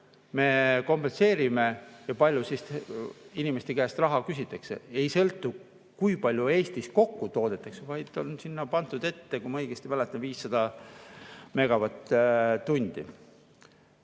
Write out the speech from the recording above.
me kompenseerime ja kui palju siis inimeste käest raha küsitakse. Ei sõltu, kui palju Eestis kokku toodetakse, vaid on sinna pandud [piir] ette, kui ma õigesti mäletan, 500 megavatt-tundi.